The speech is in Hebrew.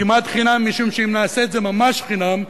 כמעט חינם משום שאם נעשה את זה ממש חינם,